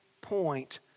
point